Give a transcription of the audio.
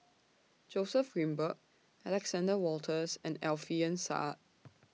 Joseph Grimberg Alexander Wolters and Alfian Sa'at